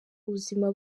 ubuzima